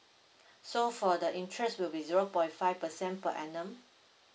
so for the interest will be zero point five percent per annum